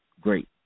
great